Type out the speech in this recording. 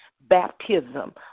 baptism